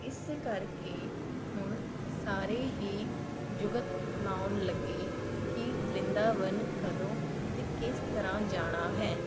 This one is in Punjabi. ਇਸ ਕਰਕੇ ਹੁਣ ਸਾਰੇ ਹੀ ਜੁਗਤ ਲਾਉਣ ਲੱਗੇ ਕਿ ਬ੍ਰਿੰਦਾਵਨ ਕਦੋਂ ਅਤੇ ਕਿਸ ਤਰ੍ਹਾਂ ਜਾਣਾ ਹੈ